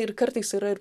ir kartais yra ir